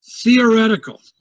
theoretical